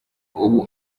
ubu